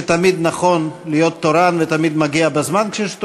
שתמיד נכון להיות תורן ותמיד מגיע בזמן כשיש תורנות,